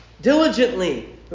diligently